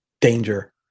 danger